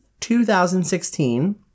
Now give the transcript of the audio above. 2016